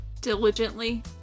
Diligently